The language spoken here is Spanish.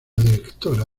directora